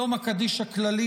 יום הקדיש הכללי,